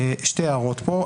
שתי הערות פה.